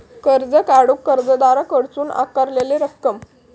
कर्ज काढूक कर्जदाराकडसून आकारलेला रक्कम